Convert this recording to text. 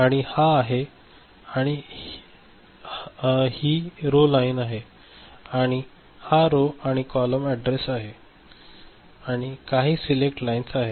आणि हा आहे आणि ही रो आहे आणि हा रो आणि कॉलम ऍडरेस आहे आणि काही सीलेक्ट लाईन्स आहेत